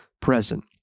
present